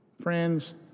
Friends